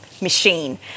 machine